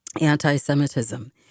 anti-Semitism